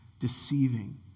deceiving